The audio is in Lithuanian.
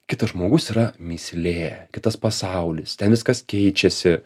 kitas žmogus yra mįslė kitas pasaulis ten viskas keičiasi